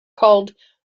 called